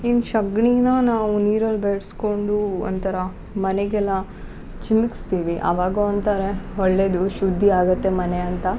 ಇನ್ನ ಸಗ್ಣಿನ ನಾವು ನೀರಲ್ಲಿ ಬೆರ್ಸ್ಕೊಂಡು ಒಂತರ ಮನೆಗೆಲ್ಲ ಚಿಮಿಕ್ಸ್ತಿವಿ ಅವಾಗ ಒಂಥರ ಒಳ್ಳೆಯದು ಶುದ್ಧಿ ಆಗುತ್ತೆ ಮನೆ ಅಂತ